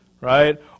right